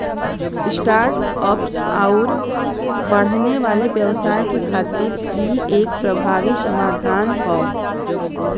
start ups आउर बढ़ने वाले व्यवसाय के खातिर इ एक प्रभावी समाधान हौ